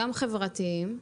גם חברתיים,